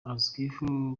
azwiho